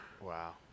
Wow